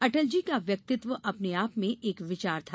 अटलजी का व्यक्तित्व अपने आप में एक विचार था